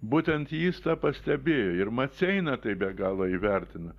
būtent jis tą pastebėjo ir maceiną tai be galo įvertina